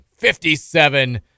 57